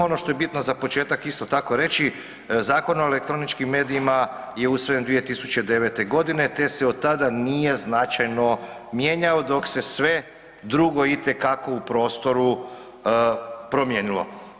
Ono što je bitno za početak isto tako reći, Zakon o elektroničkim medijima je usvojen 2009. g. te se od tada nije značajno mijenjao, dok se sve drugo itekako u prostoru promijenilo.